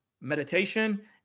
meditation